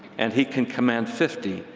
and he can command fifty,